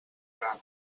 gran